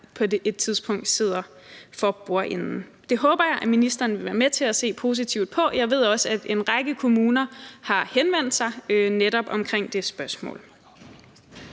på det tidspunkt sidder for bordenden. Det håber jeg at ministeren vil være med til at se positivt på. Jeg ved også, at en række kommuner har henvendt sig netop omkring det spørgsmål.